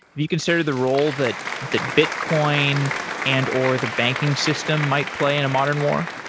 do you consider the role that that bitcoin and or the banking system might play in a modern war?